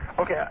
Okay